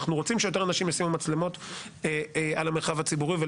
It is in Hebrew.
אנחנו רוצים שיותר אנשים ישימו מצלמות על המרחב הציבורי.